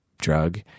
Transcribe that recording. drug